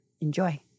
Enjoy